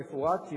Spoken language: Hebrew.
המפורט,